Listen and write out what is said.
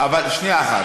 אבל שנייה אחת.